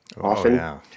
often